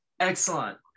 Excellent